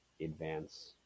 advance